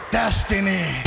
destiny